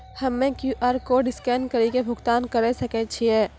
हम्मय QR code scan कड़ी के भुगतान करें सकय छियै?